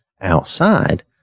outside